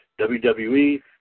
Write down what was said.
WWE